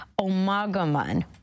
Omagaman